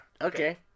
Okay